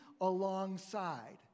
alongside